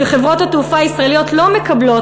כשחברות התעופה הישראליות לא מקבלות